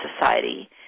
society